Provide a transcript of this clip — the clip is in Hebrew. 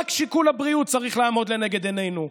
רק שיקול הבריאות צריך לעמוד לנגד עינינו.